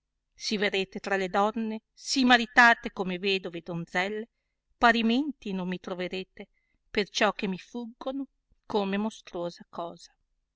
si verrete tra le donne si maritate come vedove e donzelle parimenti non mi troverete peiciò che mi fuggono come mostruosa cosa